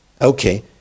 Okay